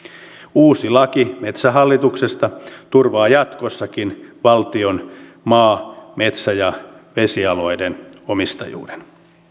uusi laki metsähallituksesta turvaa jatkossakin valtion maa metsä ja vesialueiden omistajuuden